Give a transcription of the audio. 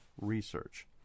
Research